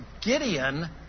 Gideon